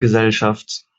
gesellschaft